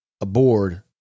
aboard